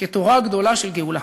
כתורה גדולה של גאולה.